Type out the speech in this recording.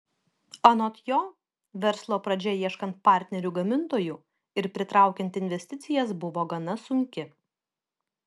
anot jo verslo pradžia ieškant partnerių gamintojų ir pritraukiant investicijas buvo gana sunki